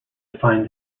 find